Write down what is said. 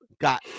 got